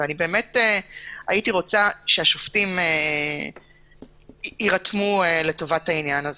הייתי רוצה שהשופטים יירתמו לטובת העניין.